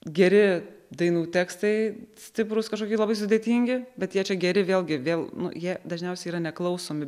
geri dainų tekstai stiprūs kažkokie labai sudėtingi bet jie čia geri vėlgi vėl nu jie dažniausiai yra neklausomi